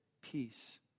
peace